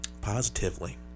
positively